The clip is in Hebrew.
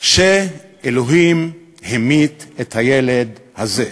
שאלוהים המית את הילד הזה.